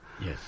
yes